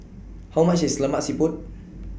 How much IS Lemak Siput